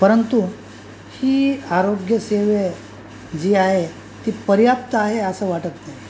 परंतु ही आरोग्यसेवा जी आहे ती पर्याप्त आहे असं वाटत नाही